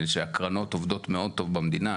שהקרנות עובדות מאוד טוב במדינה,